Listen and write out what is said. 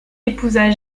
épousa